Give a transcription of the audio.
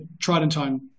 Tridentine